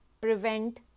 prevent